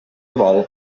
vol